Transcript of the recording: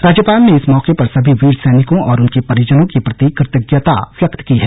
राज्यपाल ने इस मौके पर सभी वीर सैनिकों और उनके परिजनों के प्रति कृतज्ञता व्यक्त की है